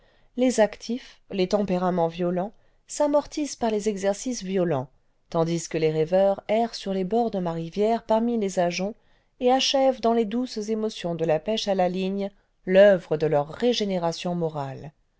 les actifs les tempéraments violents s'amortissent par les exercices violents taudis que les rêveurs errent sur les bords de ma rivière parmi les ajoncs et achèvent dans les douces émotions de la pêche à la ligne l'oeuvre de leur régénération morale